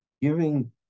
giving